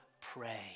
pray